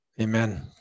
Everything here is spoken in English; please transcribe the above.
Amen